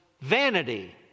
vanity